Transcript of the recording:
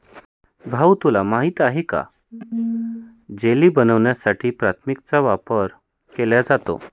भाऊ तुला माहित आहे का जेली बनवण्यासाठी प्रथिनांचा वापर केला जातो